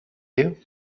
you